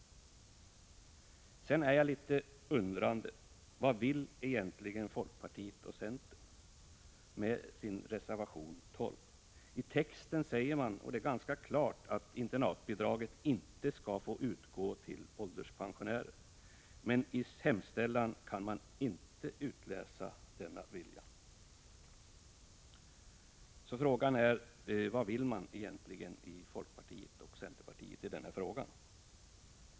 Jag är litet undrande: Vad vill egentligen folkpartiet och centern med sin reservation 12? I texten säger man, och det ganska klart, att internatbidraget inte skall få utgå till ålderspensionärer. I hemställan kan man inte utläsa denna vilja. Frågan är: Vad vill man egentligen i folkpartiet och centern i denna fråga?